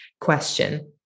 question